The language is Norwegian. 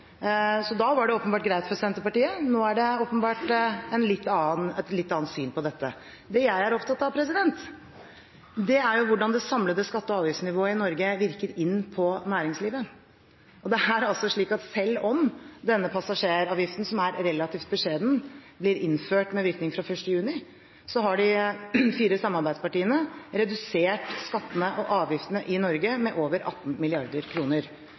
Da var det åpenbart greit for Senterpartiet. Nå er det tydeligvis et litt annet syn på dette. Det jeg er opptatt av, er hvordan det samlede skatte- og avgiftsnivået i Norge virker inn på næringslivet. Denne passasjeravgiften, som er relativt beskjeden, blir innført med virkning fra 1. juni, men de fire samarbeidspartiene har redusert skattene og avgiftene i Norge med over 18